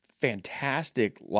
fantastic